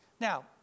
Now